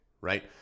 right